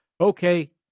okay